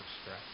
stress